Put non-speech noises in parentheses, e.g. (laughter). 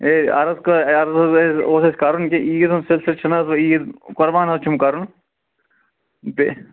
ہے عرض کٔر عرض حظ (unintelligible) اوس اسہِ کَرُن کہِ عیٖد ہُنٛد سلسلہٕ چھُنہٕ حظ وۄنۍ عیٖد قۄربان حظ چھُم کَرُن بیٚیہِ